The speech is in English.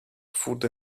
food